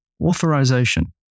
Authorization